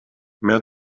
mehr